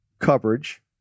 coverage